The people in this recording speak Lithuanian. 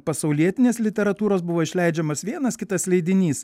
pasaulietinės literatūros buvo išleidžiamas vienas kitas leidinys